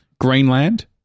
Greenland